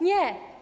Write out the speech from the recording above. Nie.